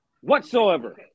whatsoever